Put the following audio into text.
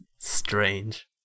Strange